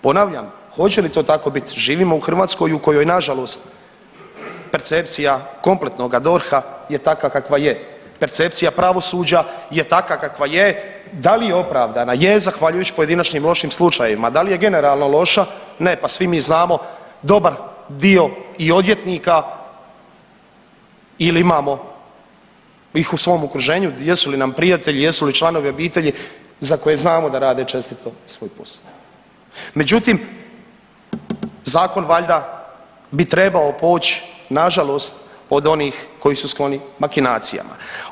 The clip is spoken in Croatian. Ponavljam, hoće li to tako bit, živimo u Hrvatskoj u kojoj nažalost percepcija kompletnoga DORH-a je takva kakva je, percepcija pravosuđa je takva kakva je, da li je opravdana, je zahvaljujuć pojedinačnim lošim slučajevima, dal je generalno loša, ne, pa svi mi znamo dobar dio i odvjetnika ili imamo ih u svom okruženju jesu li nam prijatelji, jesu li članovi obitelji za koje znamo da rade čestito svoj posao, međutim zakon valjda bi trebao poć nažalost od onih koji su skloni makinacijama.